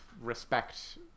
respect